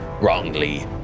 wrongly